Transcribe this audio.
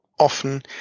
often